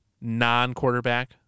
non-quarterback